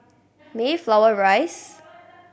Mayflower Rise